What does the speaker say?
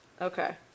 okay